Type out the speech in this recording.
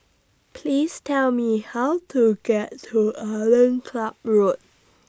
Please Tell Me How to get to Island Club Road